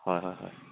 হয় হয় হয়